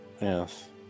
Yes